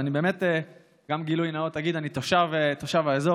אז באמת אגיד גם גילוי נאות: אני תושב האזור,